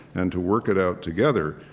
and to work it out together,